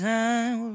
Time